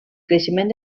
creixement